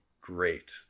great